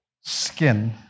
skin